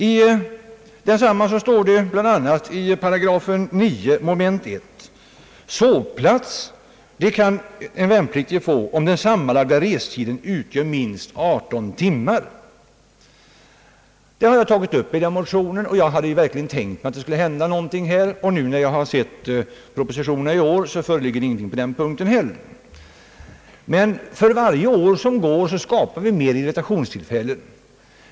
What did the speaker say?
I denna heter det bl.a. i § 9 mom. 1 att en värnpliktig kan få sovplats om den sammanlagda restiden utgör minst 18 timmar. Detta tog jag upp i motionen, och jag hade verkligen tänkt mig att någonting skulle hända. Jag ser emellertid i årets proposition att några åtgärder på denna punkt inte har vidtagits. För varje år skapar vi dock mera irritation.